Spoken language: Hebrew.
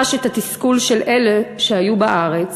חש את התסכול של אלה שהיו בארץ,